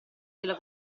della